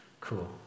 Cool